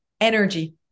energy